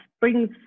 brings